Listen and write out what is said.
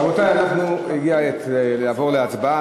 רבותי, הגיעה העת לעבור להצבעה.